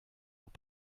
pour